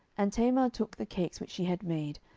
and tamar took the cakes which she had made,